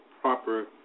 proper